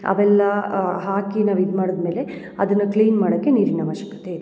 ಅವೆಲ್ಲ ಹಾಕಿ ನಾವು ಇದು ಮಾಡಿದ ಮೇಲೆ ಅದನ್ನ ಕ್ಲೀನ್ ಮಾಡೋಕೆ ನೀರಿನ ಆವಶ್ಯಕತೆ ಇದೆ